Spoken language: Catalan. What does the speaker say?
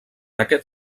aquest